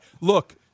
Look